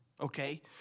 okay